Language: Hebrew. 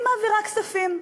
והיא מעבירה כספים.